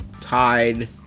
Tide